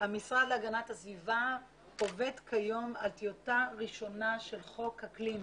המשרד להגנת הסביבה עובד כיום על טיוטה ראשונה של חוק אקלים.